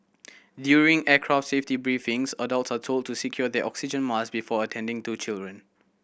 during aircraft safety briefings adult are told to secure their oxygen mask before attending to children